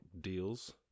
deals